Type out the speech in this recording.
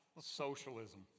socialism